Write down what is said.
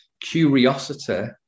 curiosity